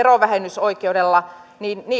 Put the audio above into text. verovähennysoikeudella